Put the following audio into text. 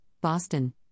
Boston